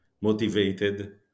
motivated